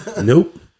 Nope